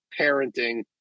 parenting